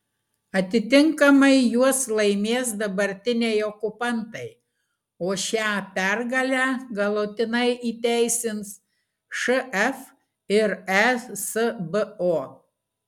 atitinkamai juos laimės dabartiniai okupantai o šią pergalę galutinai įteisins šf ir esbo